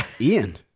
Ian